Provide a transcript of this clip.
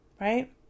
right